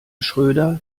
schröder